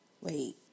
Wait